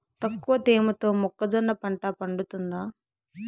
తక్కువ తేమతో మొక్కజొన్న పంట పండుతుందా?